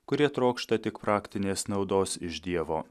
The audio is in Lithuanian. kurie trokšta tik praktinės naudos iš dievo